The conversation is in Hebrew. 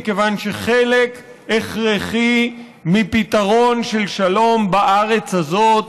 מכיוון שחלק הכרחי מפתרון של שלום בארץ הזאת